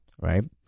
right